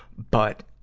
but,